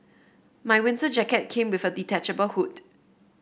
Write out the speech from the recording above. my winter jacket came with a detachable hood